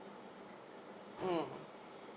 mm